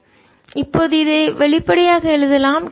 k MLT 2I 2I2L2I1ML3T 3LL4 இப்போது இதை வெளிப்படையாக எழுதலாம்